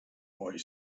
boy